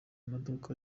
maduka